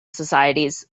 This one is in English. societies